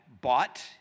bought